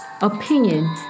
opinion